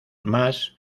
más